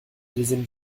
deuxième